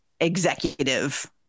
executive